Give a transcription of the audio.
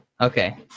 Okay